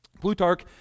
Plutarch